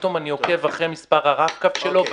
פתאום אני עוקב אחרי מספר הרב קו שלו,